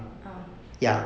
ah